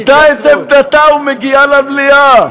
שינתה את עמדתה ומגיעה למליאה.